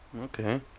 Okay